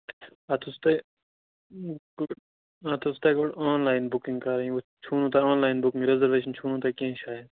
اَتھ حظ تۅہہِ اَتھ حظ تۅہہِ گۄڈٕ آن لایِن بُکِنٛگ کَرٕنۍ چھُ نہٕ تۅہہِ آن لایِن بُکِنگ ریزرویشن چھُ نہٕ تۅہہِ کیٚنٛہہ شاید